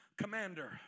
commander